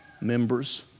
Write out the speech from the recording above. members